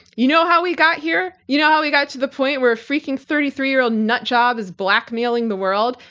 you know how we got here? you know how we got to the point where a freaking thirty three year old nut-job is blackmailing the world?